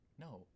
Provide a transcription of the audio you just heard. No